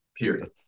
period